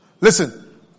Listen